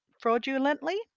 Fraudulently